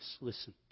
Listen